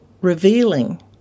revealing